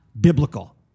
biblical